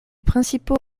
principaux